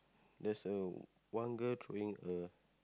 there's a one girl throwing a